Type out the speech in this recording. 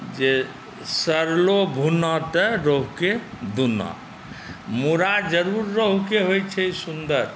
जे सड़लो भुन्ना तऽ रहुके दूना मूड़ा जरूर रहुके होइत छै सुन्दर